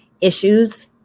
issues